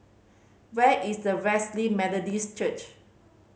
where is the Wesley Methodist Church